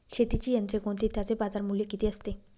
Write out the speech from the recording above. शेतीची यंत्रे कोणती? त्याचे बाजारमूल्य किती असते?